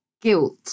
guilt